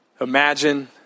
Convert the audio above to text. Imagine